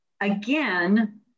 again